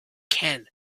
can